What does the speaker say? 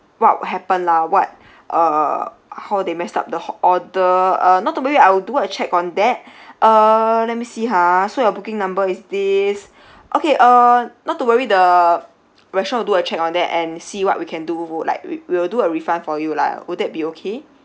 what happened lah what uh how they messed up the order uh not to worry I'll do a check on that uh let me see ha so your booking number is this okay uh not to worry the restaurant will do a check on that and see what we can do like we will do a refund for you lah will that be okay